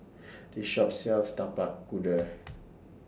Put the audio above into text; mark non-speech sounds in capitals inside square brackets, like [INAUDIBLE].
This Shop sells Tapak Kuda [NOISE]